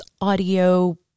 audio